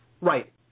Right